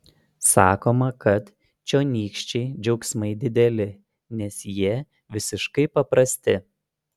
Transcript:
sakoma kad čionykščiai džiaugsmai dideli nes jie visiškai paprasti